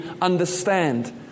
understand